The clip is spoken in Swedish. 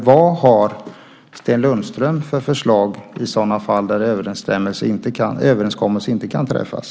Vad har Sten Lundström för förslag i de fall överenskommelse inte kan träffas?